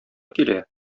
килә